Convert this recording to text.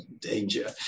danger